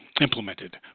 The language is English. implemented